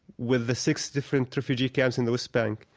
with the six different refugee camps in the west bank.